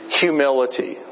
humility